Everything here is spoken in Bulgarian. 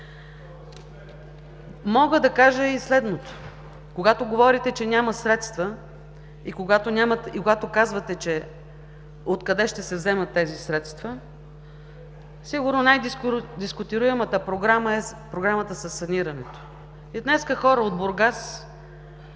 Мога да кажа и следното: когато говорите, че няма средства и когато казвате откъде ще се вземат тези средства, сигурно най-дисконтируемата програма е програмата за санирането. И днес хора от Бургас